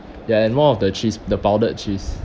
ya and more of the cheese the powdered cheese